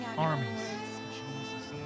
Armies